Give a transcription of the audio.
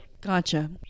Gotcha